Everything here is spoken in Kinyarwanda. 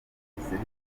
ubuyobozi